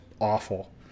awful